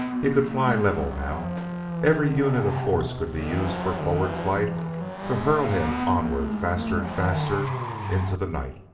he could fly level now every unit of force could be used for forward flight to hurl him onward faster and faster into the night.